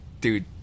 Dude